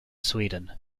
sweden